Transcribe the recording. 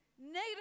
Negative